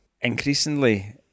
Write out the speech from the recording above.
increasingly